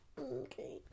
Okay